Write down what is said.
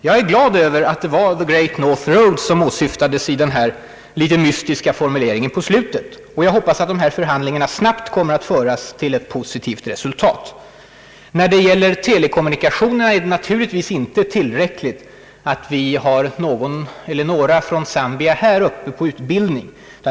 Jag är glad över att det var The Great North Road som åsyftades i den litet mystiska formuleringen i slutet av svaret. Jag hoppas att förhandlingarna snabbt kommer att leda till ett positivt resultat. När det gäller telekommunikationer är det naturligtvis inte tillräckligt att vi har några personer från Zambia här uppe på utbildning.